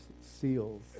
seals